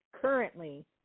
currently